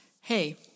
Hey